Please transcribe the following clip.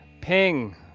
ping